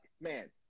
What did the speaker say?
man